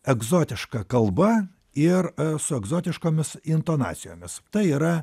egzotiška kalba ir su egzotiškomis intonacijomis tai yra